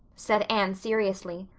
said anne seriously.